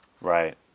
Right